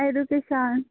education